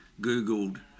Googled